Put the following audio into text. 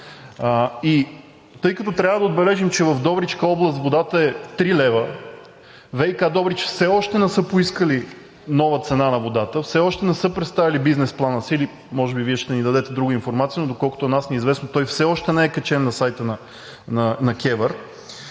тъй като трябва да отбележим, че в област Добрич водата е 3,00 лв., ВиК Добрич все още не са поискали нова цена на водата, все още не са представили бизнес плана си – може би Вие ще ни дадете друга информация, но доколкото на нас ни е известно, той все още не е качен на сайта на КЕВР,